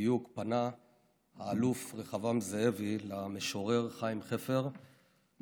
בדיוק פנה האלוף רחבעם זאבי למשורר חיים חפר בבקשה: